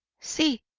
see,